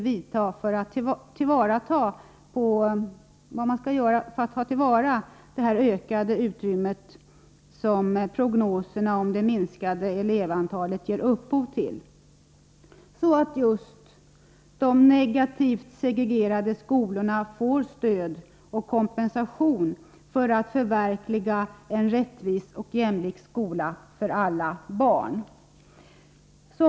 bidra till att förverkliga en rättvis och jämlik skola för alla barn?